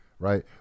Right